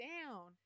Down